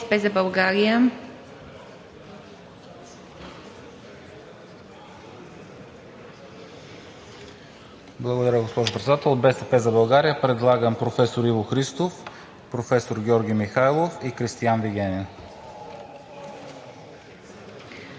(БСП за България): Благодаря, госпожо Председател. От „БСП за България“ предлагаме професор Иво Христов, професор Георги Михайлов и Кристиан Вигенин.